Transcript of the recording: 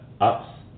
ups